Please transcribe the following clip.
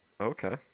Okay